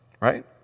Right